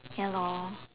ya lor